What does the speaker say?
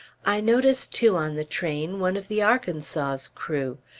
i noticed, too, on the train, one of the arkansas's crew.